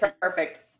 Perfect